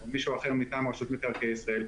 או מישהו אחר מטעם רשות מקרקעי ישראל,